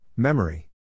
Memory